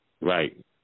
Right